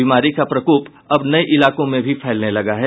बीमारी का प्रकोप अब नये इलाकों में भी फैलने लगा है